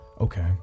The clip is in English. Okay